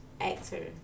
actor